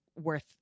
worth